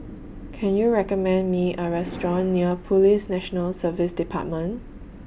Can YOU recommend Me A Restaurant near Police National Service department